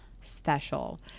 special